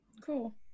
Cool